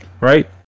right